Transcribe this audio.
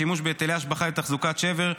שימוש בהיטלי השבחה לתחזוקת שבר,